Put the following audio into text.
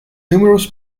numerous